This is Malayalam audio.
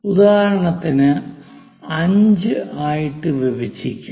ഉദാഹരണത്തിന് 5 ആയിട്ട് വിഭജിക്കാം